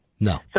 No